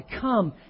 come